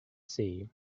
see